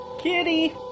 Kitty